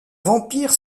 vampire